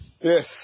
Yes